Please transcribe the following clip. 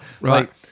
Right